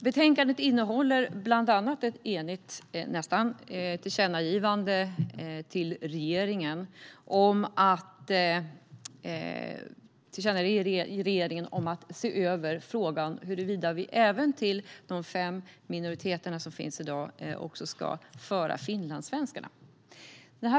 Betänkandet innehåller bland annat ett nästan enigt tillkännagivande till regeringen om att se över frågan om huruvida vi även till de fem minoriteter som finns i dag ska föra finlandssvenskarna.